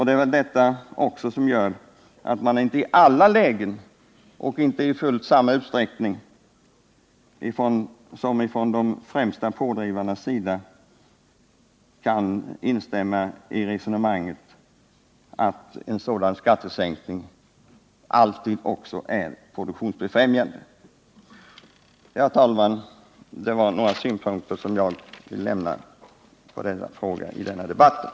Det är också detta som gör att man inte i alla lägen och inte i fullt samma utsträckning som från de främsta pådrivarnas sida kan instämma i resonemanget att en sådan skattesänkning alltid är produktionsbefrämjande. Herr talman! Utöver redovisningen från finansutskottets behandling av frågan har jag velat anlägga dessa synpunkter.